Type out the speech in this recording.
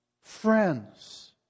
friends